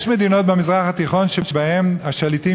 יש מדינות במזרח התיכון שבהן השליטים